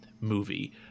movie